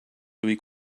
week